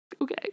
Okay